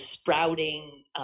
sprouting